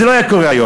זה לא היה קורה היום.